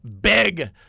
big